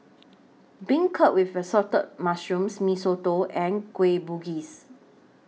Beancurd with Assorted Mushrooms Mee Soto and Kueh Bugis